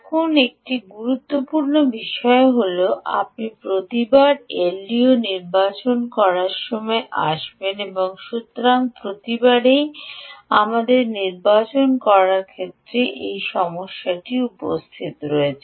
এখন একটি গুরুত্বপূর্ণ বিষয় যা আপনি প্রতিবার এলডিওতে নির্বাচন করার সময় আসবেন সুতরাং প্রতিবারই আমাদের নির্বাচন করার ক্ষেত্রে এই সমস্যাটি উপস্থিত রয়েছে